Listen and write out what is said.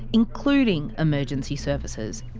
including emergency services.